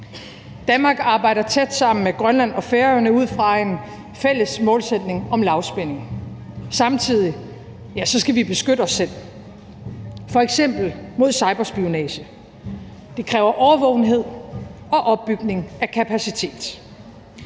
Danmark arbejder tæt sammen med Grønland og Færøerne ud fra en fælles målsætning om lavspænding. Samtidig skal vi beskytte os selv, f.eks. mod cyberspionage. Det kræver årvågenhed og opbygning af kapacitet.